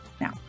Now